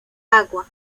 agua